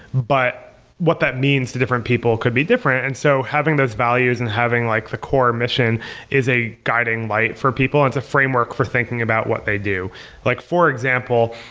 but what that means to different people could be different. and so having those values and having like the core mission is a guiding light for people. it's a framework for thinking about what they do like for example,